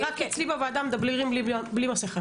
רק שאצלי בוועדה מדברים בלי מסיכה,